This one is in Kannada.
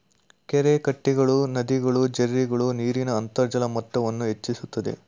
ಕೆರೆಕಟ್ಟೆಗಳು, ನದಿಗಳು, ಜೆರ್ರಿಗಳು ನೀರಿನ ಅಂತರ್ಜಲ ಮಟ್ಟವನ್ನು ಹೆಚ್ಚಿಸುತ್ತದೆ